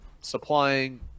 supplying